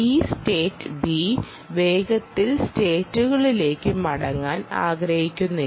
ഈ state B വേഗത്തിൽ സ്റ്റേറ്റുകളിലേക്ക് മടങ്ങാൻ ആഗ്രഹിക്കുന്നില്ല